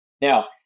Now